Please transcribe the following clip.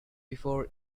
before